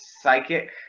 psychic